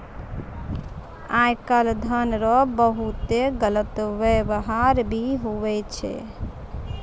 आय काल धन रो बहुते गलत वेवहार भी हुवै छै